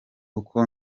uko